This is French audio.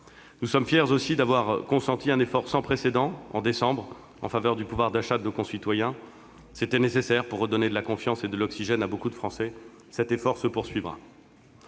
Nous sommes fiers aussi d'avoir consenti un effort sans précédent, en décembre, en faveur du pouvoir d'achat de nos concitoyens. C'était nécessaire pour redonner de la confiance et de l'oxygène à beaucoup de Français. Cet effort se poursuivra.